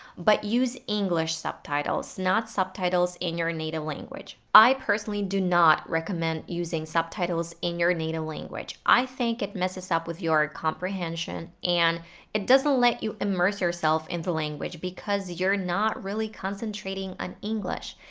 but use english subtitles, not subtitles in your native language. i personally do not recommend using subtitles in your native language. i think it messes up with your comprehension and it doesn't let you immerse yourself in the language because you're not really concentrating on english.